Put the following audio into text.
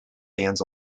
fans